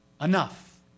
Enough